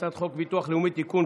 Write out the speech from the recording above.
הצעת חוק הביטוח הלאומי (תיקון,